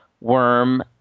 worm